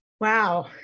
Wow